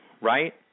right